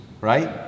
right